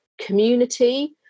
community